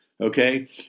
Okay